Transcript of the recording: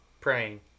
praying